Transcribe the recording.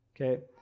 Okay